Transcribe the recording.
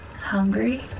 hungry